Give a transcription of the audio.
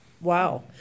Wow